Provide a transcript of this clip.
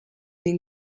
den